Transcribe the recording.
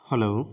hello